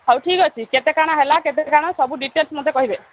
ହଉ ଠିକ୍ ଅଛି କେତେ କାଣା ହେଲା କେତେ କାଣା ସବୁ ଡିଟେଲ୍ସ ମୋତେ କହିବେ